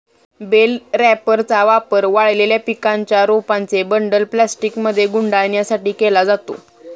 bell रॅपरचा वापर वाळलेल्या पिकांच्या रोपांचे बंडल प्लास्टिकमध्ये गुंडाळण्यासाठी केला जातो